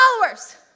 followers